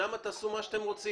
שם תעשו מה שאתם רוצים.